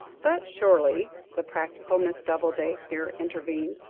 but surely, the practical miss doubleday here intervened,